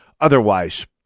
otherwise